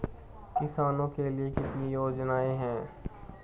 किसानों के लिए कितनी योजनाएं हैं?